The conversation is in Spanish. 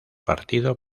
partido